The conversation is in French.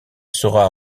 sera